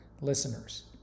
listeners